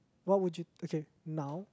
what would you okay now